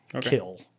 kill